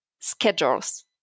schedules